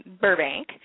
Burbank